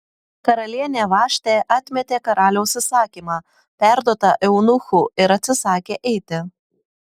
karalienė vaštė atmetė karaliaus įsakymą perduotą eunuchų ir atsisakė eiti